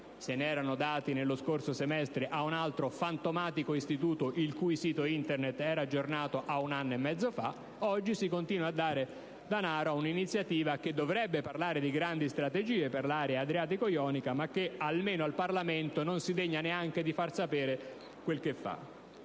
Se ne erano dati nello scorso semestre ad un altro fantomatico istituto, il cui sito Internet era aggiornato ad un anno e mezzo fa. Oggi si continua a dare danaro ad una iniziativa che dovrebbe parlare di grandi strategie per l'area adriatico-ionica, ma che almeno al Parlamento non si degna neanche di far sapere quel che fa.